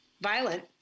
violent